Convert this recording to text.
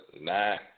nine